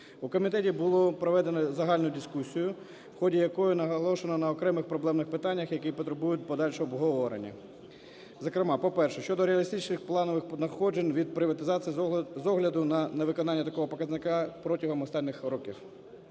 У комітеті було проведено загальну дискусію, в ході якої наголошено на окремих проблемних питаннях, які потребують подальшого обговорення, зокрема, по-перше, щодо реалістичних планових надходжень від приватизації з огляду на невиконання такого показника протягом останніх років.